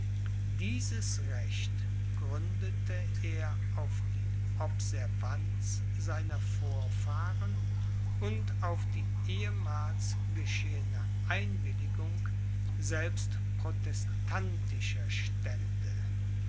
dieses recht gründete er auf die observanz seiner vorfahren und auf die ehemals geschehene einwilligung selbst protestantischer stände